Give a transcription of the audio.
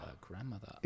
grandmother